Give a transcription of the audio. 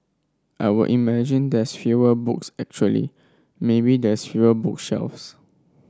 I would imagine there's fewer books actually maybe there's fewer book shelves